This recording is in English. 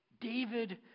David